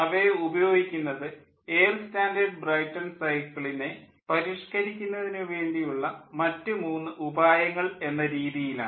അവയെ ഉപയോഗിക്കുന്നത് air standard Brayton സൈക്കിളിനെ പരിഷ്ക്കരിക്കുന്നതിനു വേണ്ടിയുള്ള മറ്റു മൂന്ന് ഉപായങ്ങൾ എന്ന രീതിയിലാണ്